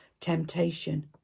temptation